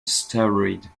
asteroid